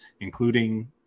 including